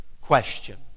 question